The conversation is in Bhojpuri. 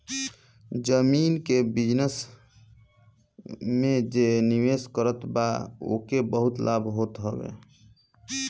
जमीन के बिजनस में जे निवेश करत बा ओके बहुते लाभ होत हवे